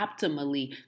optimally